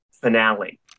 Finale